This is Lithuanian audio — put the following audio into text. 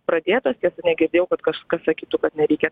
pradėtos tiesa negirdėjau kad kažkas sakytų kad nereikia